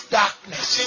darkness